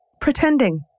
Pretending